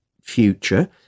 future